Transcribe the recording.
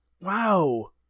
wow